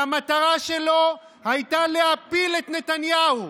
שהמטרה שלו הייתה להפיל את נתניהו.